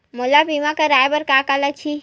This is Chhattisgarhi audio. मोला बीमा कराये बर का का लगही?